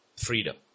freedom